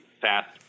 fast